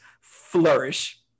flourish